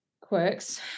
Quirks